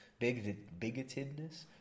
bigotedness